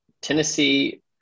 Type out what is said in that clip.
Tennessee